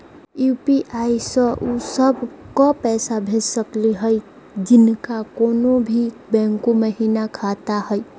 UPI स उ सब क पैसा भेज सकली हई जिनका कोनो भी बैंको महिना खाता हई?